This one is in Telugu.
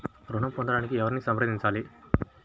ఋణం పొందటానికి ఎవరిని సంప్రదించాలి?